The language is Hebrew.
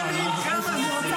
הזמן עבר.